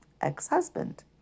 ex-husband